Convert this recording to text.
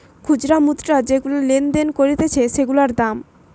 খুচরা মুদ্রা যেগুলা লেনদেন করতিছে সেগুলার দাম